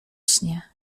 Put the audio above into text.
śnie